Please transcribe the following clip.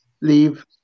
leave